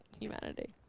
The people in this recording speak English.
humanity